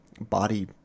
body